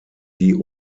die